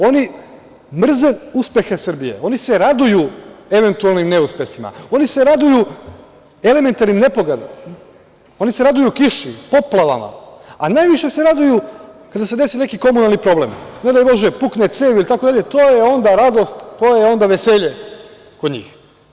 Oni mrze uspehe Srbije, oni se raduju eventualnim neuspesima, oni se raduju elementarnim nepogodama, oni se raduju kiši, poplavama, a najviše se raduju kada se desi neki komunalni problem, ne daj Bože, pukne cev ili tako dalje, to je onda radost, to je onda veselje kod njih.